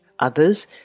Others